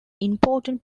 important